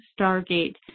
stargate